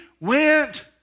went